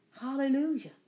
Hallelujah